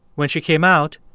when she came out,